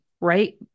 right